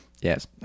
Yes